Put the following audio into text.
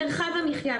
מרחב המחיה.